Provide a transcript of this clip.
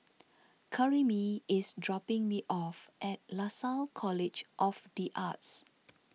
Karyme is dropping me off at Lasalle College of the Arts